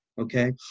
Okay